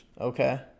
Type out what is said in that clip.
Okay